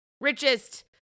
Richest